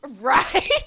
Right